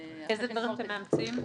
איזה דברים אתם מאמצים?